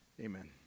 Amen